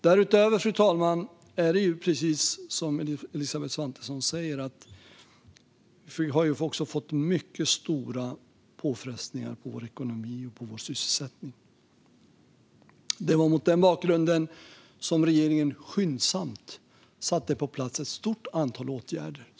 Därutöver är det precis som Elisabeth Svantesson säger: Det blev en mycket stor påfrestning på ekonomi och sysselsättning. Mot denna bakgrund vidtog regeringen skyndsamt ett stort antal åtgärder.